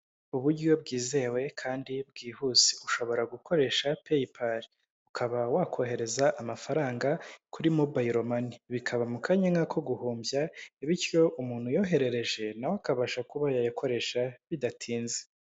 Uburyo bwizewe kandi bwihuse. Ushobora gukoresha peyipari. Ukaba wakohereza amafaranga kuri mobayiro mani. Bikaba mu kanya nk'ako guhumbya bityo umuntu uyoherereje, na we akabasha kuba yayakoresha bidatinze.